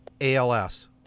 ALS